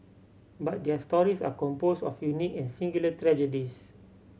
but their stories are composed of unique and singular tragedies